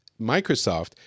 Microsoft